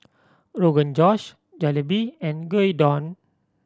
Rogan Josh Jalebi and Gyudon